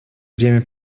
время